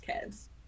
kids